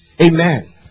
Amen